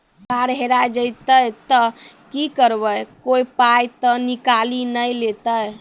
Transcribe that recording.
Card हेरा जइतै तऽ की करवै, कोय पाय तऽ निकालि नै लेतै?